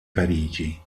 parigi